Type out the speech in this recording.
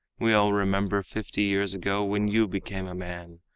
we all remember fifty years ago when you became a man,